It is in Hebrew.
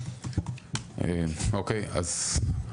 אוקיי אז,